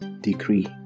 Decree